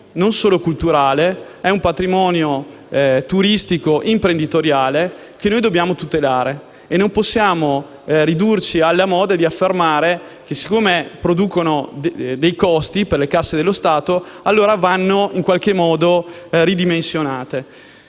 non solo culturale, ma è un patrimonio turistico-imprenditoriale che noi dobbiamo tutelare; e non possiamo seguire la moda affermando che, siccome rappresentano dei costi per le casse dello Stato, vanno in qualche modo ridimensionate.